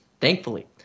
thankfully